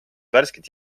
värsket